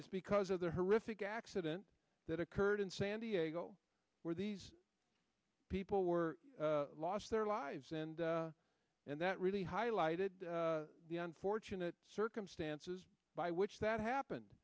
is because of the horrific accident that occurred in san diego where these people were lost their lives and and that really highlighted the unfortunate circumstances by which that happened